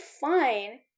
fine